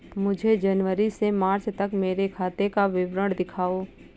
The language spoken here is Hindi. मुझे जनवरी से मार्च तक मेरे खाते का विवरण दिखाओ?